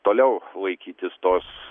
toliau laikytis tos